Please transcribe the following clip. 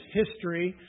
history